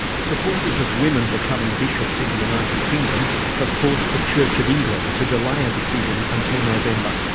supporters of women becoming bishops in the united kingdom have forced the church of england to delay a decision until november.